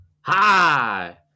Hi